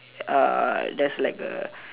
uh there's like a